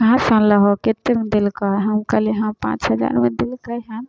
कहाँ से अनलहो कतेकमे देलकऽ हम कहलिए हँ पाँच हजारमे देलकै हन